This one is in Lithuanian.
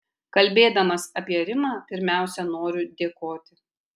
kalbėdamas apie rimą pirmiausia noriu dėkoti